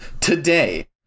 today